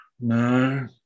No